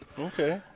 okay